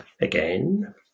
again